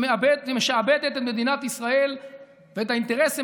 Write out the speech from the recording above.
שמשעבדת את מדינת ישראל ואת האינטרסים